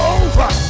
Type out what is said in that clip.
over